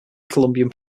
columbian